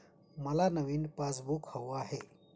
मला नवीन पासबुक हवं आहे